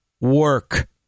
work